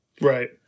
Right